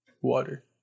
water